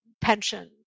pension